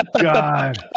God